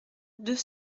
deux